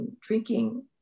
drinking